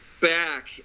back